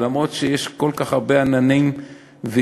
ולמרות שיש כל כך הרבה עננים ואי-בהירויות,